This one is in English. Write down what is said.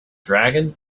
dragon